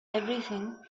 everything